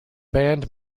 band